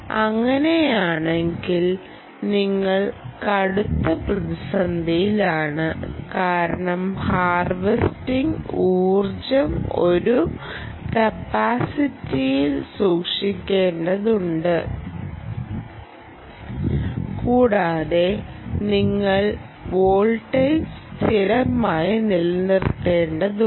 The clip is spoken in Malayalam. അങ്ങനെയാണെങ്കിൽ നിങ്ങൾ കടുത്ത പ്രതിസന്ധിയിലാണ് കാരണം ഹാർവെസ്ററിങ്ങ് ഊർജ്ജം ഒരു കപ്പാസിറ്ററിൽ സൂക്ഷിക്കേണ്ടതുണ്ട് കൂടാതെ നിങ്ങൾ വോൾട്ടേജ് സ്ഥിരമായി നിലനിർത്തേണ്ടതുണ്ട്